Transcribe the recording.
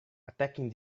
attacking